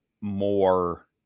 more